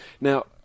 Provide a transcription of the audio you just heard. now